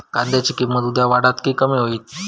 कांद्याची किंमत उद्या वाढात की कमी होईत?